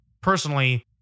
personally